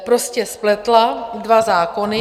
prostě spletla dva zákony...